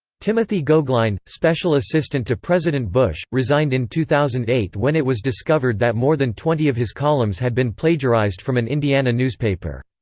timothy goeglein, special assistant to president bush, resigned in two thousand and eight when it was discovered that more than twenty of his columns had been plagiarized from an indiana newspaper.